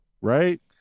right